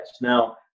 Now